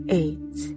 eight